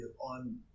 on